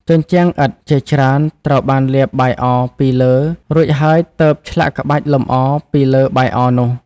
ជញ្ជាំងឥដ្ឋជាច្រើនត្រូវបានលាបបាយអរពីលើ រួចហើយទើបឆ្លាក់ក្បាច់លម្អពីលើបាយអរនោះ។